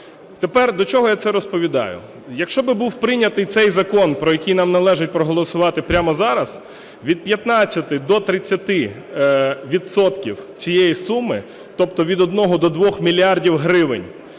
Тепер, до чого я це розповідаю? Якщо би був прийнятий цей закон про який нам належить проголосувати прямо зараз, від 15 до 30 відсотків цієї суми, тобто від 1 до 2 мільярдів гривень,